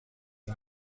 این